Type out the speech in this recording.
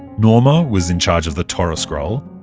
norma was in charge of the torah scroll,